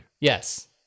Yes